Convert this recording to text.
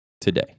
today